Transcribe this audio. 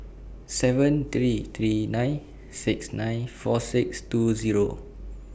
seven three three nine six nine four six two Zero